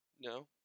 No